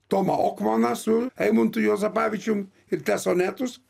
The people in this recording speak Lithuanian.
tomą okmaną su eimuntu juozapavičium ir tesonetus